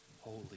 holy